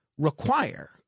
require